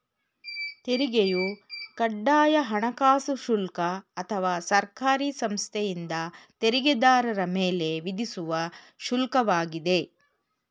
ತೆರಿಗೆಯು ಕಡ್ಡಾಯ ಹಣಕಾಸು ಶುಲ್ಕ ಅಥವಾ ಸರ್ಕಾರಿ ಸಂಸ್ಥೆಯಿಂದ ತೆರಿಗೆದಾರರ ಮೇಲೆ ವಿಧಿಸುವ ಶುಲ್ಕ ವಾಗಿದೆ